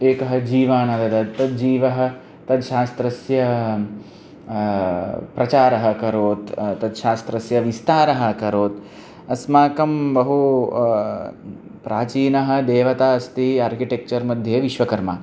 एकः जीवाणुः ददत् तद् जीवः तद् शास्त्रस्य प्रचारम् अकरोत् तद् शास्त्रस्य विस्तारम् अकरोत् अस्माकं बहु प्राचीनः देवता अस्ति आर्किटेक्चर् मध्ये विश्वकर्मा